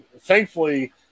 thankfully